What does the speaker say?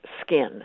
skin